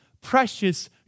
precious